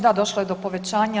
Da, došlo je do povećanja.